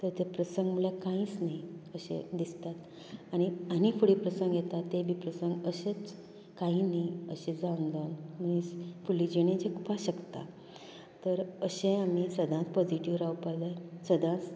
ते जे प्रसंग म्हळ्यार कांयच न्ही अशें दिसतात आनी आनी फुडें प्रसंग येतात तेय बी प्रसंग असेंच कांय न्ही अशें जावन जावन मनीस फुडलें जीणें जगपाक शकता तर अशें आमी सदांच पोजिटिव्ह रावपाक जाय सदांच